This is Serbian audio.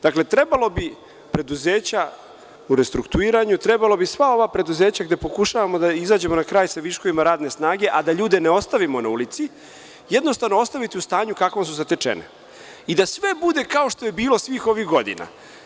Dakle, trebalo bi preduzeća u restrukturiranju, trebalo bi sva ova preduzeća gde pokušavamo da izađemo na kraj sa viškovima radne snage, a da ljude ne ostavimo na ulici, jednostavno ostaviti u stanju kakvom su zatečene i da sve bude kao što je bilo svih ovih godina.